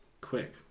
quick